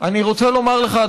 אני רוצה לומר לך,